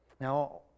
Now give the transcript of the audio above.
Now